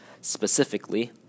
specifically